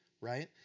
right